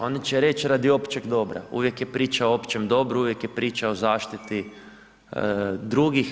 Oni će reć radi općeg dobra, uvijek je priča o općem dobru, uvijek je priča o zaštiti drugih.